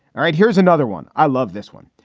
all right. here's another one. i love this one.